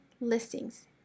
listings